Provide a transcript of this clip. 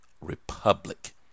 republic